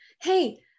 Hey